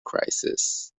crisis